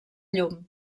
llum